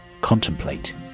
contemplate